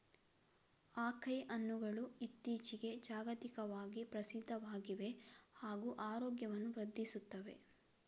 acai ಹಣ್ಣುಗಳು ಇತ್ತೀಚಿಗೆ ಜಾಗತಿಕವಾಗಿ ಪ್ರಸಿದ್ಧವಾಗಿವೆ ಹಾಗೂ ಆರೋಗ್ಯವನ್ನು ವೃದ್ಧಿಸುತ್ತವೆ